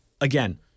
Again